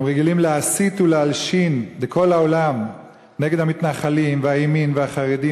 הם רגילים להסית ולהלשין לכל העולם נגד המתנחלים והימין והחרדים,